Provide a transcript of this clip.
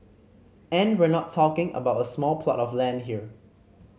and we're not talking about a small plot of land here